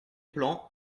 plan